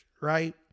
Right